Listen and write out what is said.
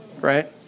right